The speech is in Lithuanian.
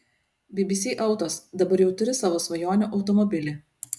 bbc autos dabar jau turi savo svajonių automobilį